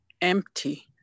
Empty